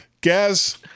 Gaz